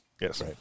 Yes